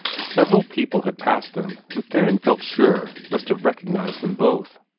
several people had passed them who theron felt sure must have recognized them both.